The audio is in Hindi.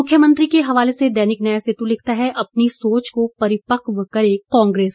मुख्यमंत्री के हवाले से दैनिक न्याय सेतु लिखता है अपनी सोच को परिपक्व करे कांग्रे स